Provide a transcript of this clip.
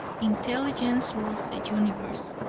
intelligence rules the universe.